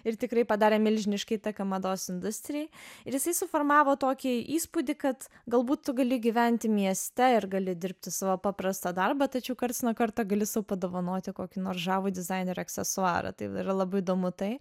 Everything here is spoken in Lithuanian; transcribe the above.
ir tikrai padarė milžinišką įtaką mados industrijai ir jisai suformavo tokį įspūdį kad galbūt tu gali gyventi mieste ir gali dirbti savo paprastą darbą tačiau karts nuo karto gali sau padovanoti kokį nors žavų dizainerio aksesuarą tai yra labai įdomu tai